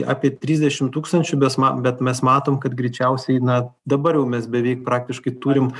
apie trisdešim tūkstančių bes ma bet mes matom kad greičiausiai na dabar jau mes beveik praktiškai turim